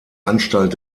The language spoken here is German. anstalt